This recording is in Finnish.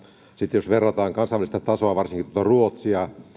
sitten jos verrataan kansainväliseen tasoon varsinkin ruotsiin